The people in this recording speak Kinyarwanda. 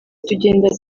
tugenda